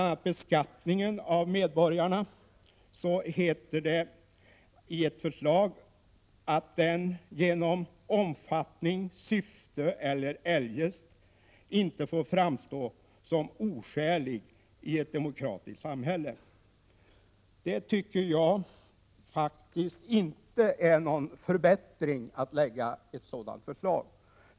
I fråga om beskattning av medborgarna står det i ett förslag att den genom omfattning, syfte eller eljest inte får framstå som oskälig i ett demokratiskt samhälle. Jag tycker inte att ett sådant förslag innebär någon förbättring.